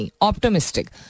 optimistic